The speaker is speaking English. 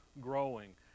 growing